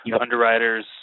underwriters